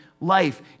life